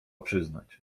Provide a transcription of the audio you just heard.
przyznać